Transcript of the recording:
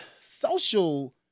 Social